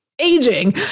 aging